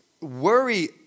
Worry